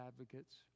advocates